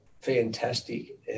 fantastic